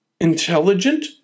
intelligent